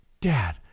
dad